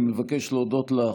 ראשית, אני מבקש להודות לך,